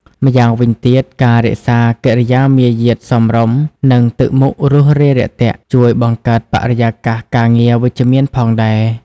ម្យ៉ាងវិញទៀតការរក្សាកិរិយាមារយាទសមរម្យ និងទឹកមុខរួសរាយរាក់ទាក់ ជួយបង្កើតបរិយាកាសការងារវិជ្ជមានផងដែរ។